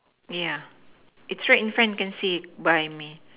ya it's right in front you can see buy me